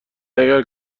اگر